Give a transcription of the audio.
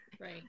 Right